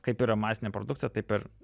kaip yra masinė produkcija taip ir